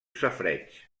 safareig